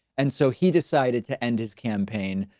and so he decided to end his campaign.